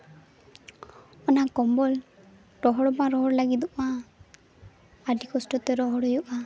ᱚᱱᱟ ᱠᱚᱢᱵᱚᱞ ᱨᱚᱦᱚᱲ ᱵᱟᱝ ᱨᱚᱦᱚᱲ ᱞᱟᱹᱜᱤᱫᱚᱜᱼᱟ ᱟᱹᱰᱤ ᱠᱚᱥᱴᱚ ᱛᱮ ᱨᱚᱦᱚᱲ ᱦᱩᱭᱩᱜᱼᱟ